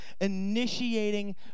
initiating